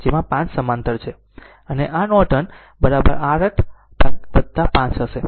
આમ R Norton r 8 5 હશે